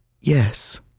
yes